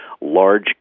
large